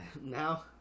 now